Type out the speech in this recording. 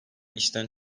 işten